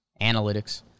Analytics